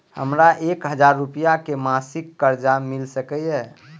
हमरा एक हजार रुपया के मासिक कर्जा मिल सकैये?